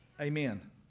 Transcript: Amen